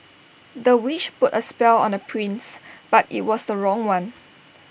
the witch put A spell on the prince but IT was the wrong one